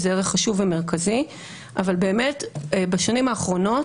זה ערך חשוב ומרכזי אבל באמת בשנים האחרונות,